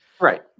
right